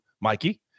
Mikey